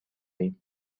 ایم